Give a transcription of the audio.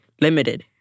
limited